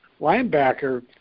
linebacker